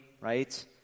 right